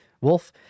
wolf